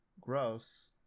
Gross